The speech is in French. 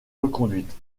reconduite